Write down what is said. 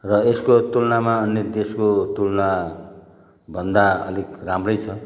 र यसको तुलनामा अन्य देशको तुलनाभन्दा अलिक राम्रै छ